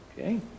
Okay